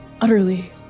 utterly